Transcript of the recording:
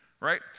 Right